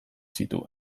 zituen